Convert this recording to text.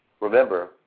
Remember